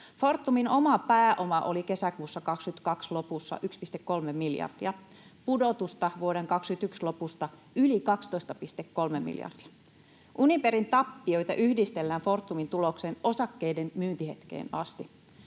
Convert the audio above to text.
Fortumin oma pääoma oli kesäkuun 22 lopussa 1,3 miljardia, pudotusta vuoden 21 lopusta oli yli 12,3 miljardia. Uniperin tappioita yhdistellään Fortumin tulokseen osakkeiden myyntihetkeen asti.